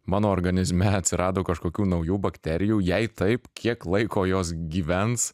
mano organizme atsirado kažkokių naujų bakterijų jei taip kiek laiko jos gyvens